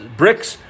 bricks